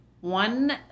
one